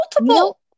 Multiple